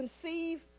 conceive